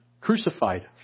crucified